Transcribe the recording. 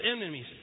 enemies